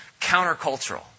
countercultural